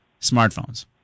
smartphones